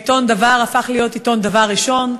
העיתון "דבר" הפך להיות עיתון "דבר ראשון",